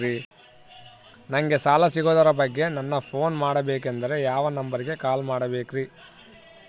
ನಂಗೆ ಸಾಲ ಸಿಗೋದರ ಬಗ್ಗೆ ನನ್ನ ಪೋನ್ ಮಾಡಬೇಕಂದರೆ ಯಾವ ನಂಬರಿಗೆ ಕಾಲ್ ಮಾಡಬೇಕ್ರಿ?